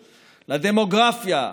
לדמוגרפיה,